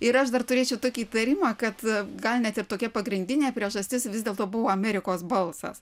ir aš dar turėčiau tokį įtarimą kad gal net ir tokia pagrindinė priežastis vis dėlto buvo amerikos balsas